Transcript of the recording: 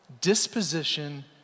disposition